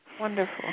wonderful